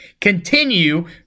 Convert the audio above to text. continue